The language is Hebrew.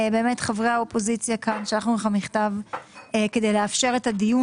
חברי האופוזיציה כאן שלחנו לך מכתב כדי לאפשר את הדיון